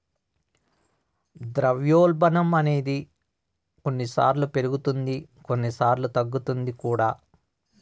ద్రవ్యోల్బణం అనేది కొన్నిసార్లు పెరుగుతుంది కొన్నిసార్లు తగ్గుతుంది కూడా